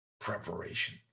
preparation